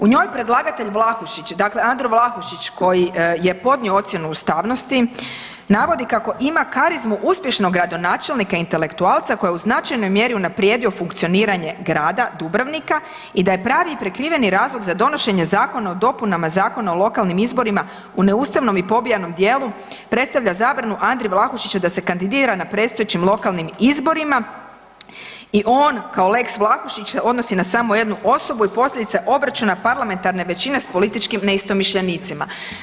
U njoj predlagatelj Vlahušić, dakle Andro Vlahušić koji je podnio ocjenu ustavnosti navodi kako ima karizmu uspješnog gradonačelnika intelektualca koji je u značajnoj mjeri unaprijedio funkcioniranje grada Dubrovnika i da je pravi i prikriveni razlog donošenje Zakona o dopunama Zakona o lokalnim izborima u neustavnom i pobijanom dijelu predstavlja zabranu Andri Vlahušiću da se kandidira na predstojećim lokalnim izborima i on kao lex Vlahušić se odnosi na samo jednu osobu i posljedica obračuna parlamentarne većine s političkim neistomišljenicima.